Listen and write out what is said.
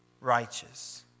Righteous